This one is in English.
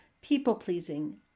people-pleasing